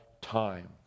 time